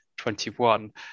21